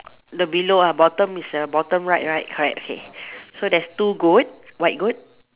the below ah bottom is the bottom right right correct okay so there's two goat white goat